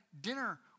dinner